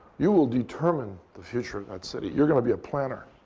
you will determine the future of that city. you're going to be a planner.